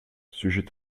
sujet